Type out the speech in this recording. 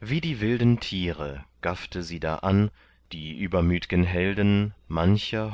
wie die wilden tiere gaffte sie da an die übermütgen helden mancher